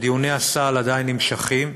שדיוני הסל עדיין נמשכים.